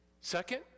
Second